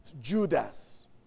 Judas